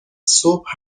صبح